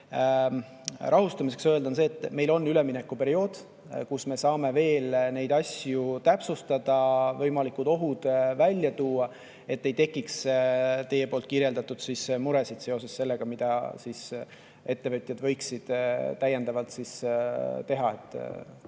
rahustamiseks öelda, et meil on üleminekuperiood. Siis me saame veel neid asju täpsustada ja võimalikud ohud välja tuua, et ei tekiks teie kirjeldatud muresid seoses sellega, mida ettevõtjad võiksid täiendavalt teha,